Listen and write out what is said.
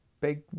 big